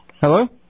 Hello